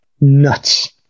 nuts